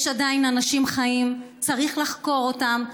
יש עדיין אנשים חיים, צריך לחקור אותם.